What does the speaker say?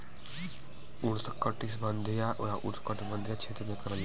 उष्णकटिबंधीय या उपोष्णकटिबंधीय क्षेत्र में करल जाला